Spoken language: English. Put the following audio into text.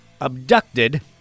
abducted